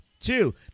Two